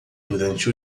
durante